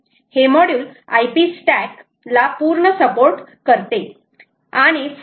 हे module IP stack ला पूर्ण सपोर्ट करते आणि 4